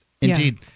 Indeed